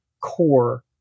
core